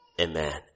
Amen